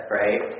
right